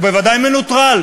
הוא בוודאי מנוטרל,